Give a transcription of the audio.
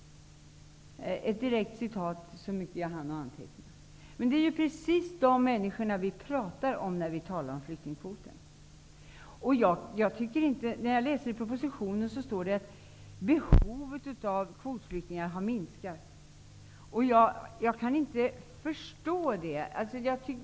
Det är precis de människorna vi talar om när vi talar om flyktingkvoten. I propositionen står det att behovet av kvotflyktingar har minskat. Jag kan inte förstå det.